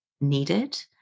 needed